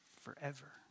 forever